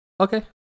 Okay